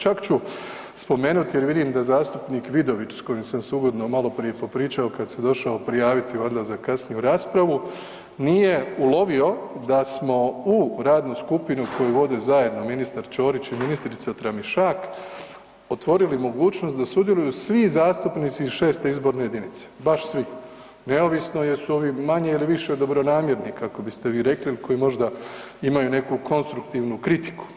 Čak ću spomenuti jer vidim da zastupnik Vidović s kojim sam si ugodno maloprije popričao kad se došao prijavit valjda za kasniju raspravu, nije ulovio da smo u radnu skupinu koju vode zajedno ministra Ćorić i ministrica Tramišak otvorili mogućnost da sudjeluju svi zastupnici iz 6. izborne jedinice, baš svi, neovisno jesu ovi manje ili više dobronamjerni kako biste vi rekli il koji možda imaju neku konstruktivnu kritiku.